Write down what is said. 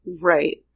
Right